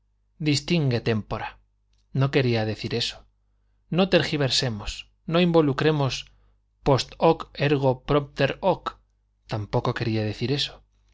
distingue tempora no quería decir eso no tergiversemos no involucremos post hoc ergo propter hoc tampoco